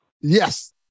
Yes